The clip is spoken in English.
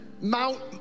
mount